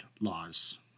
laws